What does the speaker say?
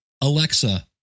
Alexa